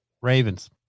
Ravens